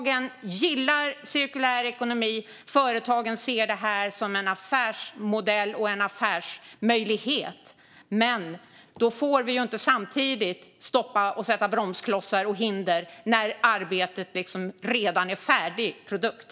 De gillar cirkulär ekonomi och ser detta som en affärsmodell och en affärsmöjlighet. Men vi får inte sätta upp bromsklossar och hinder när arbetet redan har lett till en färdig produkt.